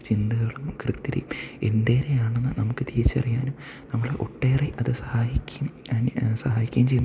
ചിന്തകൾക്കും കൃത്യതയും എന്തുവരെ ആണെന്ന് നമുക്ക് തിരിച്ചറിയാനും നമ്മളെ ഒട്ടേറെ അത് സഹായിക്കുകയും സഹായിക്കുകയും ചെയ്യുന്നു